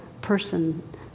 person